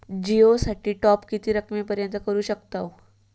जिओ साठी टॉप किती रकमेपर्यंत करू शकतव?